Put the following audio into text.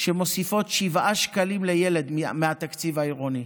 שמוסיפות 7 שקלים לילד מהתקציב העירוני,